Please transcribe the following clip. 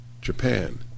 Japan